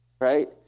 Right